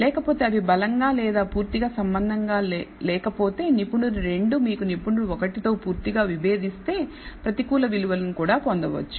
లేకపోతే అవి బలంగా లేదా పూర్తిగా సంబంధం లేకపోతే నిపుణుడు 2 మీకు నిపుణుడు 1 తో పూర్తిగా విభేదిస్తే ప్రతికూల విలువలను కూడా పొందవచ్చు